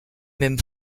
même